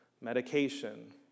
medication